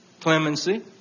clemency